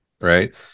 right